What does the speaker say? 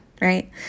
right